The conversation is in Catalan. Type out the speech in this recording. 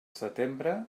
setembre